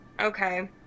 okay